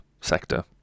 sector